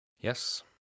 yes